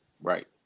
right